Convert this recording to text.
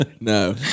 no